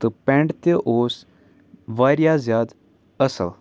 تہٕ پٮ۪نٛٹ تہِ اوس واریاہ زیادٕ اَصٕل